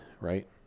right